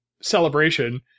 celebration